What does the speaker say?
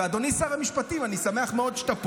אדוני שר המשפטים, אני שמח מאוד שאתה פה,